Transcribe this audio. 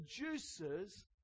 Produces